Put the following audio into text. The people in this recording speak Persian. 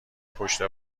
پشت